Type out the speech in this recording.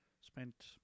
spent